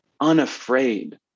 unafraid